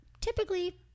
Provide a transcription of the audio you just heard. Typically